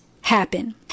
happen